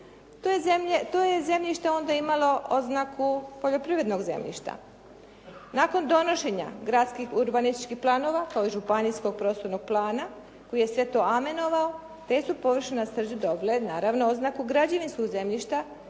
To je zemljište onda imalo oznaku poljoprivrednog zemljišta. Nakon donošenja gradskih urbanističkih planova, kao i županijskog prostornog plana koji je sve to amenovao, te su površine na Srđu dobile naravno oznaku građevinskog zemljišta